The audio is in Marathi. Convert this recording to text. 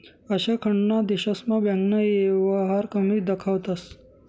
आशिया खंडना देशस्मा बँकना येवहार कमी दखातंस